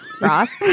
Ross